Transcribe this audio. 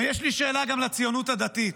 ויש לי שאלה גם לציונות הדתית.